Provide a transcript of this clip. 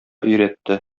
өйрәтте